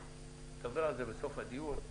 נדבר על זה בסוף הדיון,